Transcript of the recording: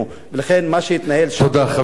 לכן, תודה, אדוני.